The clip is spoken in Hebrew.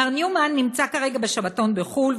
מר ניומן נמצא כרגע בשבתון בחו"ל,